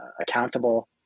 accountable